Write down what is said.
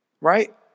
right